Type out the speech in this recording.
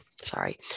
sorry